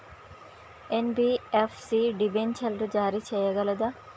NBFC డిబెంచర్లు జారీ చేయగలదా?